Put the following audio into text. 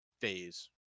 phase